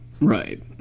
Right